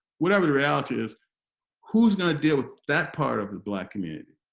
whatever the reality is who's going to deal with that part of the black community?